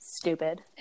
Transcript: Stupid